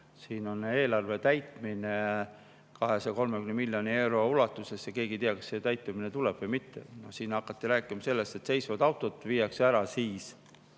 Siin on eelarve täitmine 230 miljoni euro ulatuses ja keegi ei tea, kas see täitumine tuleb või mitte. Siin hakati rääkima sellest, et seisvad autod viiakse ära.